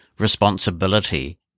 responsibility